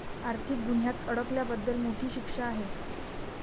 आर्थिक गुन्ह्यात अडकल्याबद्दल मोठी शिक्षा आहे